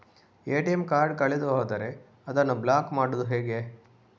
ATM card ಕಳೆದು ಹೋದರೆ ಅದನ್ನು ಬ್ಲಾಕ್ ಮಾಡುವುದು ಹೇಗೆ?